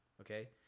okay